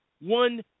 One